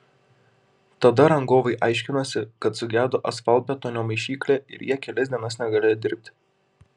tada rangovai aiškinosi kad sugedo asfaltbetonio maišyklė ir jie kelias dienas negalėjo dirbti